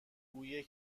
بوی